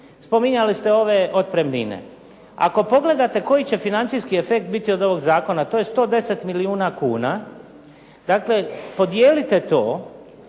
spominjali ste ove otpremnine. Ako pogledate koji će financijski efekt biti od ovog zakona. To je 110 milijuna kuna. Dakle, podijelite to